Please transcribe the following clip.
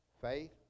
faith